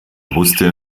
wusste